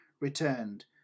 returned